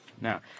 Now